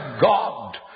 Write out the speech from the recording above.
God